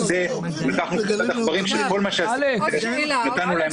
כי ניתחנו קבוצת עכברים שכל מה שעשינו הוא שנתנו לה את הממתיקים.